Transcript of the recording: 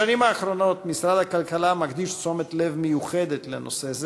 בשנים האחרונות משרד הכלכלה מקדיש תשומת לב מיוחדת לנושא זה,